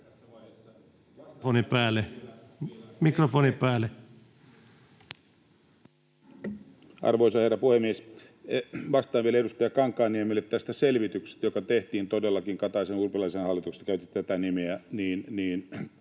suljettuna] Arvoisa herra puhemies! Vastaan vielä edustaja Kankaanniemelle tästä selvityksestä, joka tehtiin todellakin Kataisen—Urpilaisen hallituksen, josta käytettiin tätä nimeä, toimesta.